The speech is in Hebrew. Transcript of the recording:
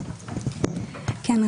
כן,